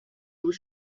aux